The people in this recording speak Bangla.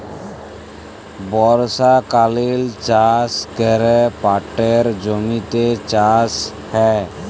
বর্ষকালীল চাষ ক্যরে পাটের জমিতে চাষ হ্যয়